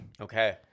Okay